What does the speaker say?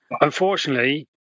Unfortunately